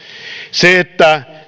se että